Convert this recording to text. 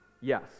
Yes